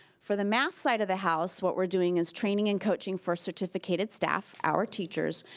for the math side of the house, what were doing is training and coaching for certificated staff, our teachers,